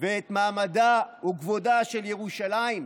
ואת מעמדה וכבודה של ירושלים,